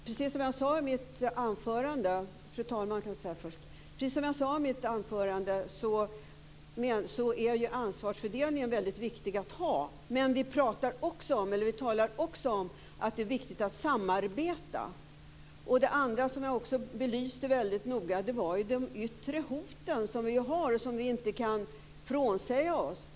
Fru talman! Som jag sade i mitt anförande är det väldigt viktigt med en ansvarsfördelning, men vi talar också om att det är viktigt att samarbeta. Jag belyste också väldigt noga de yttre hot som vi har och som vi inte kan komma ifrån.